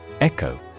Echo